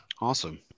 Awesome